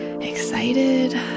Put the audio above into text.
excited